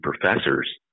professors